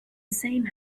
same